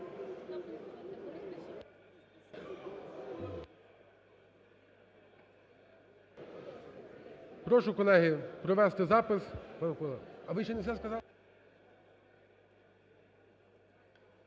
Прошу, колеги, провести запис.